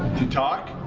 you talk?